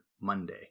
Monday